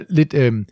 lidt